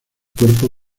cuerpo